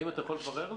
האם אתה יכול לברר לי?